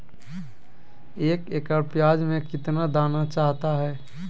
एक एकड़ प्याज में कितना दाना चाहता है?